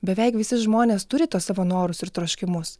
beveik visi žmonės turi tuos savo norus ir troškimus